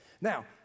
Now